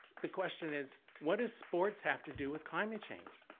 the question is, what does sports have to do with climate change?